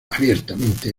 abiertamente